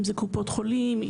אם זה קופות חולים,